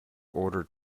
ordered